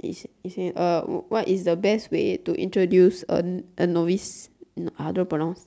it say it say uh what is the best way to introduce a n~ novice I don't know how to pronounce